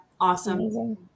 awesome